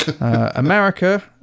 America